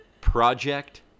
Project